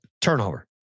Turnover